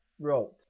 wrote